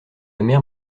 mère